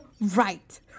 right